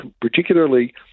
particularly